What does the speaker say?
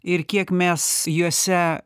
ir kiek mes juose